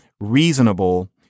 reasonable